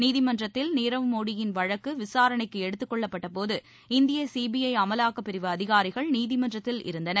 நீதிமன்றத்தில் நீரவ் மோடியின் வழக்கு விசாரணைக்கு எடுத்துக்கொள்ளப்பட்டபோது இந்திய சிபிஐ அமலாக்கப்பிரிவு அதிகாரிகள் நீதிமன்றத்தில் இருந்தனர்